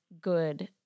good